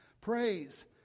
Praise